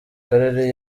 karere